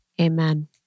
Amen